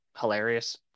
hilarious